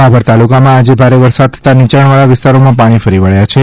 ભાભર તાલુકામાં આજે ભારે વરસાદ થતાં નીચાણવાળા વિસ્તારોમાં પાણી ફરી વળ્યાં છે